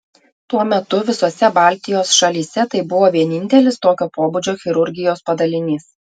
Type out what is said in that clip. tuo metu visose baltijos šalyse tai buvo vienintelis tokio pobūdžio chirurgijos padalinys